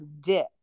dip